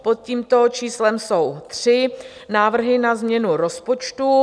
Pod tímto číslem jsou tři návrhy na změnu rozpočtu.